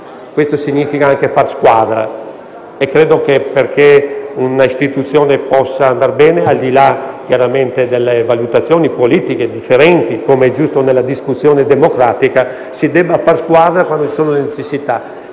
Questo significa anche fare squadra. Credo che affinché una istituzione possa andar bene, chiaramente al di là delle valutazioni politiche differenti com'è giusto nella discussione democratica, si debba fare squadra quando ve ne è la necessità.